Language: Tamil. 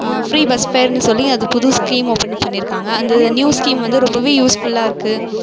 ஃப்ரீ பஸ் ஃபேர்ன்னு சொல்லி அது புது ஸ்கீம் ஓபன் பண்ணியிருக்காங்க அந்த நியூ ஸ்கீம் வந்து ரொம்பவே யூஸ்ஃபுல்லாக இருக்குது